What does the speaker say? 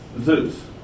Zeus